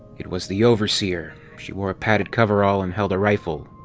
it was the overseer. she wore a padded coverall and held a rifle.